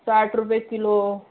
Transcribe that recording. साठ रुपये किलो